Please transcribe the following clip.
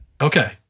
Okay